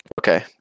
okay